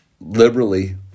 liberally